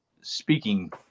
speaking